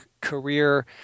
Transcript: career